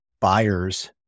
buyers